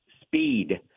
speed